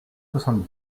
soixante